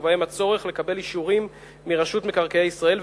ובהם הצורך לקבל אישורים מרשות מקרקעי ישראל,